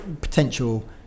potential